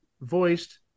voiced